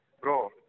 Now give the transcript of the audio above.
Bro